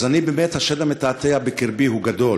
אז אני באמת, השד המתעתע בקרבי גדול,